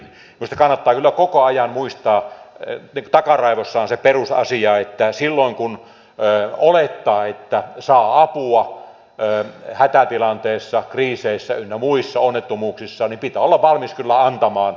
minusta kannattaa kyllä koko ajan muistaa takaraivossaan se perusasia että silloin kun olettaa että saa apua hätätilanteessa kriiseissä ynnä muissa onnettomuuksissa niin silloin pitää olla valmis kyllä antamaan apua